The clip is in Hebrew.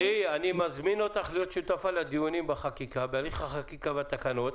אני מזמין אותך להיות שותפה בהליך החקיקה והתקנות.